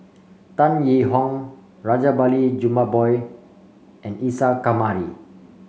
Tan Yee Hong Rajabali Jumabhoy and Isa Kamari